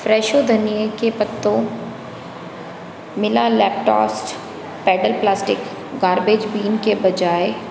Fresho धनिये के पत्तों मिला लैपटॉस्ट पेडल प्लास्टिक गार्बेज बीन के बजाए